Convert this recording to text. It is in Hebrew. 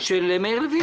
של מאיר לוין".